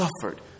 suffered